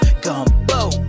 gumbo